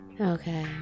Okay